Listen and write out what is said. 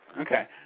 Okay